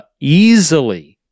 easily